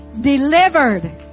Delivered